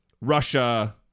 Russia